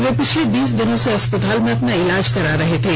वे पिछले बीस दिनों से अस्पताल में अपना इलाज करा रहे थे